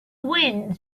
wind